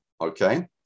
okay